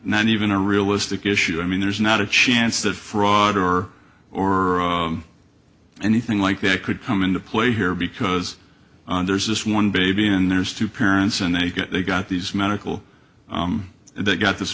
not even a realistic issue i mean there's not a chance that fraud or or anything like that could come into play here because on there's just one baby and there's two parents and they get they got these medical they got this